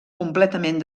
completament